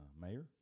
Mayor